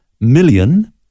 million